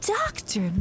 doctor